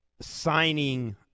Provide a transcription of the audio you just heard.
signing